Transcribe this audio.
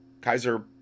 kaiser